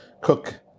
cook